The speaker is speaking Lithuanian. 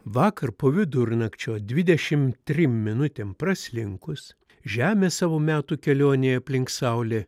vakar po vidurnakčio dvidešim trim minutėm praslinkus žemė savo metų kelionėj aplink saulė